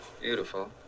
Beautiful